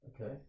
Okay